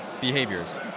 behaviors